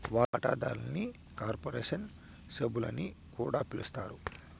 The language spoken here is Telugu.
వాటాదారుల్ని కార్పొరేషన్ సభ్యులని కూడా పిలస్తారు